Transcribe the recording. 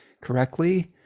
correctly